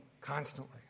constantly